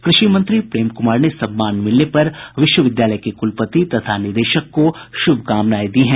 कृषि मंत्री प्रेम कुमार ने सम्मान मिलने पर विश्वविद्यालय के कुलपति तथा निदेशक को शुभकामनाएं दी हैं